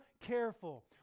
careful